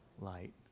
light